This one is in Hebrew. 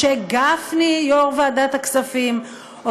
יו"ר ועדת הכספים משה גפני,